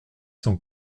cent